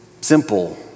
simple